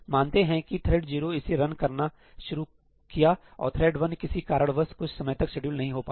मानते हैं कि थ्रेड 0 इसे रन करना शुरू किया और थ्रेड वन किसी कारण वश कुछ समय तक शेड्यूल नहीं हो पाया